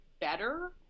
better